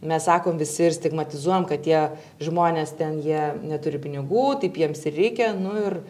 mes sakom visi ir stigmatizuojam kad tie žmonės ten jie neturi pinigų taip jiems ir reikia nu ir